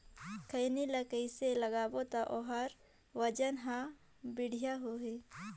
खैनी ला कइसे लगाबो ता ओहार वजन हर बेडिया होही?